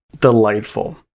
Delightful